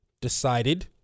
decided